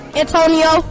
antonio